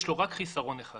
יש לו רק חיסרון אחד